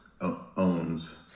owns